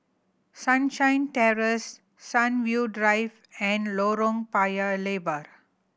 Sunshine Terrace Sunview Drive and Lorong Paya Lebar